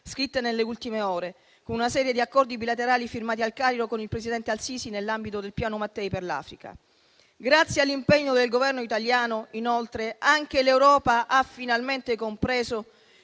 scritte nelle ultime ore con una serie di accordi bilaterali firmati al Cairo con il presidente al-Sisi nell'ambito del Piano Mattei per l'Africa. Grazie all'impegno del Governo italiano, inoltre, anche l'Europa ha finalmente compreso